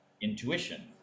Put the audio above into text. intuition